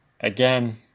Again